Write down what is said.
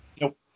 Nope